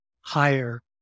higher